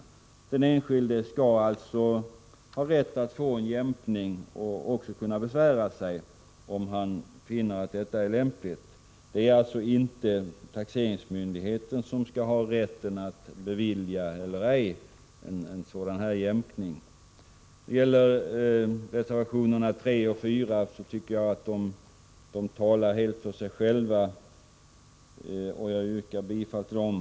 Den enskilde skall alltså ha rätt att få jämkning och kunna besvära sig om han finner detta lämpligt. Det är inte taxeringsmyndigheten som skall ha rätt att bevilja eller avslå en sådan jämkning. Reservationerna 3 och 4 tycker jag talar för sig själva. Jag yrkar bifall till dem.